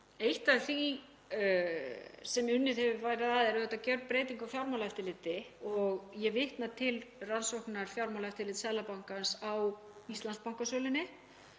Eitt af því sem unnið hefur verið að er gjörbreyting á fjármálaeftirliti og ég vitna til rannsóknar Fjármálaeftirlits Seðlabankans á Íslandsbankasölunni